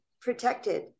protected